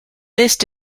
list